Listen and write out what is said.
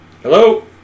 Hello